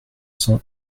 cent